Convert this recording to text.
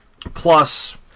Plus